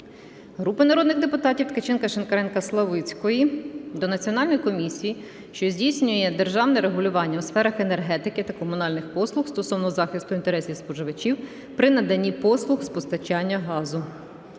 Групи народних депутатів (Ткаченка, Шинкаренка, Славицької) до Національної комісії, що здійснює державне регулювання у сферах енергетики та комунальних послуг стосовно захисту інтересів споживачів при наданні послуг з постачання газу.